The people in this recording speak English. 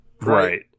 right